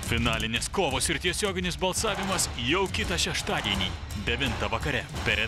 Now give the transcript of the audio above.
finalinės kovos ir tiesioginis balsavimas jau kitą šeštadienį devintą vakare per